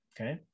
okay